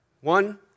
One